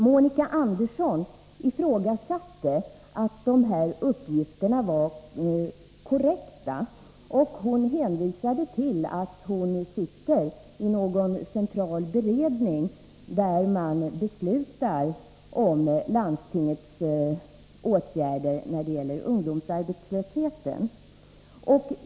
Monica Andersson ifrågasatte att dessa uppgifter var korrekta, och hon hänvisade därvid till att hon deltar i en central beredning som beslutar om landstingens åtgärder när det gäller ungdomsarbetslösheten.